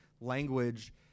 language